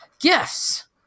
Gifts